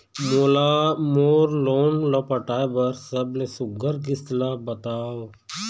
मोला मोर लोन ला पटाए बर सबले सुघ्घर किस्त ला बताव?